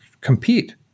compete